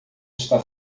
está